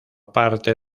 parte